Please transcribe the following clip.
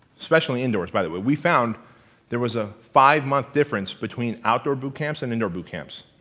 especially indoors, by the way. we found there was a five-month difference between outdoor boot camps and indoor boot camps.